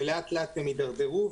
ולאט לאט הם התדרדרו,